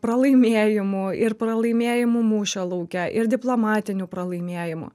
pralaimėjimų ir pralaimėjimų mūšio lauke ir diplomatinių pralaimėjimų